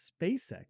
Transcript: SpaceX